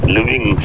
Living